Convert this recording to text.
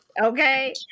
Okay